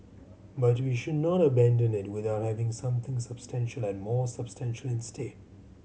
but we should not abandon it without having something substantial and more substantial instead